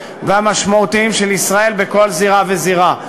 והמשמעותיים של ישראל בכל זירה וזירה.